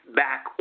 back